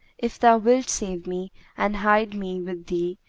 if thou wilt save me and hide me with thee,